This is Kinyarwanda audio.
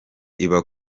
iba